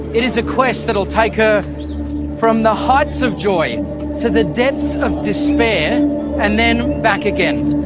it is a quest that'll take her from the heights of joy to the depths of despair and then back again.